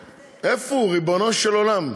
איפה הוא, ריבונו של עולם?